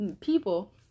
people